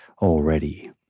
already